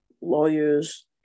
lawyers